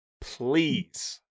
Please